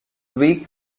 week